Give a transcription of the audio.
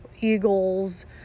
eagles